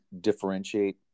differentiate